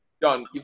done